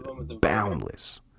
boundless